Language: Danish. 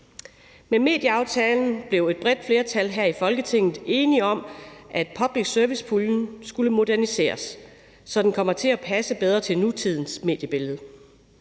Med medieaftalen blev et bredt flertal her i Folketinget enige om, at public service-puljen skulle moderniseres, så den kommer til at passe bedre til nutidens mediebillede.